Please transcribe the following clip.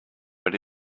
but